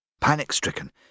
Panic-stricken